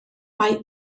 mae